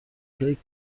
کیک